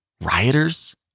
Rioters